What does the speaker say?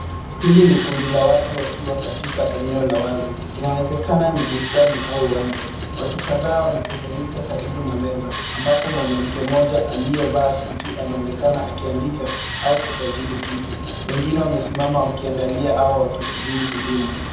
Hili ni kundi la watu wakiwa kwenye eneo la wazi. Inawezekana ni bustani au uwanja. Watu kadhaa wamekusanyika karibu na meza ambapo mwanamke mmoja aliyevaa suti anaonekana akiandika au kusajili kitu. Wengine wamesimama wakiangalia au wakisubiri huduma.